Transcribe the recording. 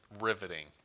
riveting